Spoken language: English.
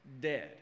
dead